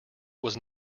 was